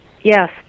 Yes